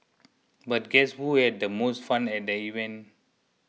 but guess who had the most fun at the event